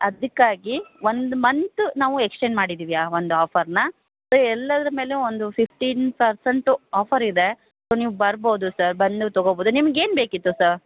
ಅದಕ್ಕಾಗಿ ಒಂದು ಮಂತು ನಾವು ಎಕ್ಸ್ಟೆಂಡ್ ಮಾಡಿದ್ದೀವಿ ಆ ಒಂದು ಆಫರನ್ನ ಸೊ ಎಲ್ಲದ್ರ ಮೇಲೂ ಒಂದು ಫಿಫ್ಟೀನ್ ಪರ್ಸೆಂಟು ಆಫರ್ ಇದೆ ಸೊ ನೀವು ಬರ್ಬೋದು ಸರ್ ಬಂದು ತಗೋಬೋದು ನಿಮ್ಗೆ ಏನು ಬೇಕಿತ್ತು ಸ